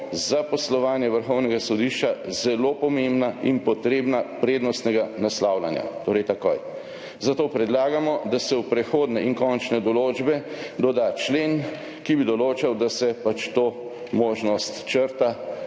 za poslovanje Vrhovnega sodišča zelo pomembna in potrebna prednostnega naslavljanja,« torej takoj. »Zato predlagamo, da se v prehodne in končne določbe doda člen, ki bi določal, da se to možnost črta